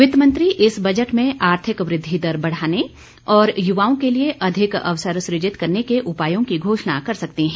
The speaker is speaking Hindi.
वित्त मंत्री इस बजट में आर्थिक वृद्धि दर बढ़ाने और युवाओं के लिए अधिक अवसर सुजित करने के उपायों की घोषणा कर सकती हैं